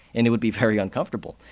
and it would be very uncomfortable,